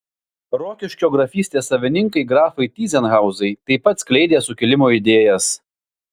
rokiškio grafystės savininkai grafai tyzenhauzai taip pat skleidė sukilimo idėjas